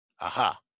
Aha